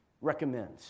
recommends